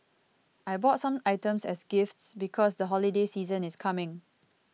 I bought some items as gifts because the holiday season is coming